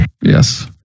yes